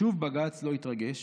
שוב בג"ץ לא התרגש.